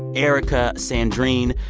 erica, sandrine,